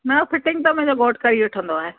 न फिटिंग मुंहिंजो घोटु करी वठंदो आहे